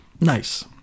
nice